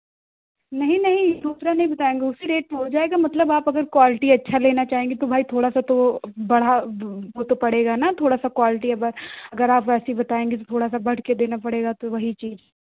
नहीं नहीं दूसरा नहीं बताएँगे उसी रेट में हो जाएगा मतलब आप अगर क्वालिटी अच्छा लेना चाहेंगी तो भाई थोड़ा सा तो वो बढ़ा वो तो पड़ेगा ना थोड़ा सा क्वालिटी एक बार अगर आप ऐसे ही बताएँगी तो थोड़ा सा बढ़ के देना पड़ेगा तो वही चीज़